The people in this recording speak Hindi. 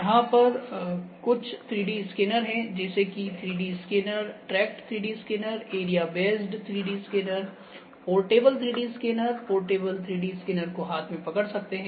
यहां कुछ 3D स्कैनर हैं जैसे की 3D scanner tracked 3D scanner area based 3D scanner portable 3D scanner portable 3D scanner को हाथ में पकड़ सकते हैं